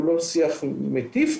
הוא לא שיח מטיף,